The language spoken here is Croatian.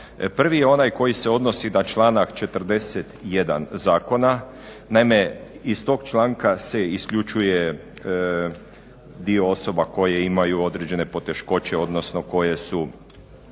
Prvi je onaj koji se odnosi na članak 41.zakona naime, iz tog članka se isključuje dio osoba koje imaju određene poteškoće odnosno koje su